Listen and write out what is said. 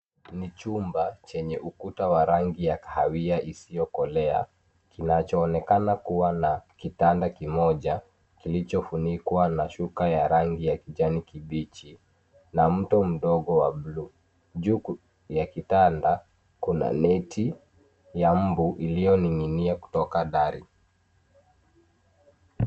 Ni chumba chenye ukuta wa rangi ya kahawia isiyo kolea. Kinacho onekana kuwa na kitanda kimoja ,kilichofunikwa na shuka ya rangi ya kijani kibichi, na mto mdogo wa blue .Juu ya kitanda Kuna neti ya mbu iliyoninginia kutoka dari.